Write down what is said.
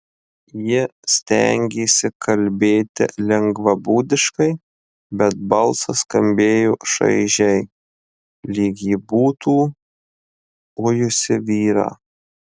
ji stengėsi kalbėti lengvabūdiškai bet balsas skambėjo šaižiai lyg ji būtų ujusi vyrą